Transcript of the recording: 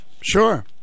Sure